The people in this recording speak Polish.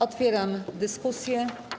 Otwieram dyskusję.